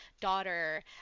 daughter